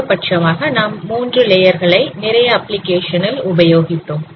அதிகபட்சமாக நாம் 3 லேயர் களை நிறைய அப்ளிகேஷன் ல் உபயோகித்தோம்